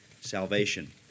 salvation